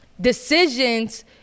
decisions